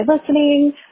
listening